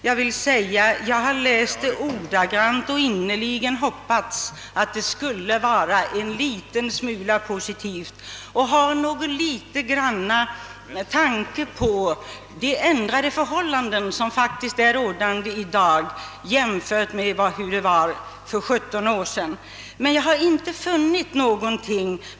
Jag har läst utlåtandet ordagrant i en innerlig förhoppning om att det skulle vara en liten smula positivt och ägna någon tanke däråt att andra förhållanden är rådande i dag än för 17 år sedan. Men jag har inte funnit något sådant.